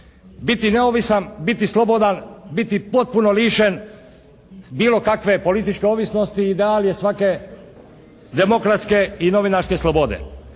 Biti neovisan, biti slobodan, biti potpuno lišen bilo kakve političke ovisnosti ideal je svake demokratske i novinarske slobode.